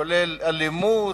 כולל אלימות,